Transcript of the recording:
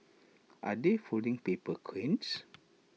are they folding paper cranes